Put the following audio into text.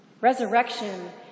Resurrection